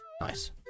Nice